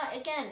again